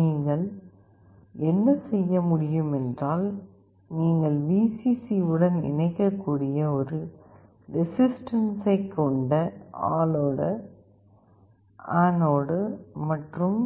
நீங்கள் என்ன செய்ய முடியும் என்றால் நீங்கள் Vcc உடன் இணைக்கக்கூடிய ஒரு ரெசிஸ்டன்ஸைக் கொண்ட ஆனோட் மற்றும்